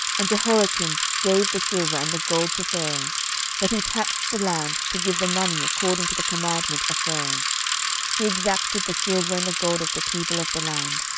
and jehoiakim gave the silver and the gold to pharaoh but he taxed the land to give the money according to the commandment of pharaoh he exacted the silver and the gold of the people of the land,